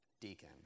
deacon